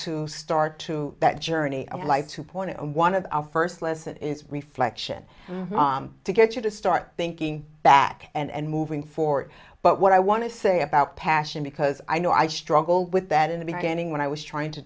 to start to that journey i would like to point to one of our first lesson is reflection to get you to start thinking back and moving forward but what i want to say about passion because i know i struggled with that in the beginning when i was trying to